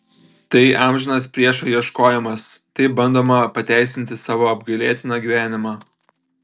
tai amžinas priešo ieškojimas taip bandoma pateisinti savo apgailėtiną gyvenimą